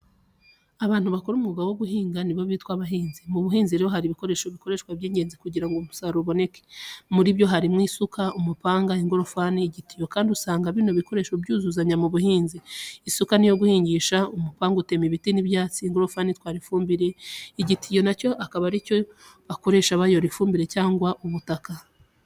Abantu bakora umwuga wo guhinga nibo bitwa abahinzi. Mu buhinzi rero hari ibikoresho bikoreshwa by'ingenzi kugira ngo umusaruro uzaboneke. Muri byo harimo isuka, umupanga, ingorofani, igitiyo kandi usanga bino bikoresho byuzuzanya mu buhinzi. Isuka niyo guhingisha, umupanga utema ibiti n'ibyatsi, ingorofani itwara ifumbire, igitiyo na cyo akaba ari cyo bakoresha bayora ifumbire cyangwa ubutaka.